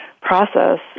process